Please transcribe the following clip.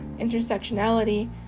intersectionality